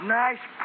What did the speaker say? nice